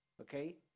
okay